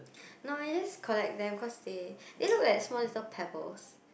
no I just collect them cause they they look like small little pebbles